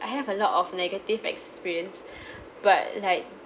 I have a lot of negative experience but like